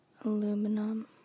aluminum